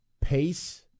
pace